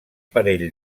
parell